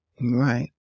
Right